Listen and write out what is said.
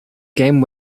game